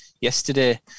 yesterday